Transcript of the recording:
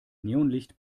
neonlicht